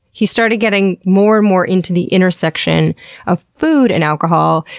he started getting more and more into the intersection of food and alcohol,